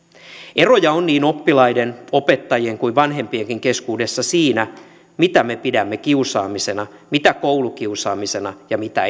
eroja on niin oppilaiden opettajien kuin vanhempienkin keskuudessa siinä mitä me pidämme kiusaamisena mitä koulukiusaamisena ja mitä